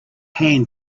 hand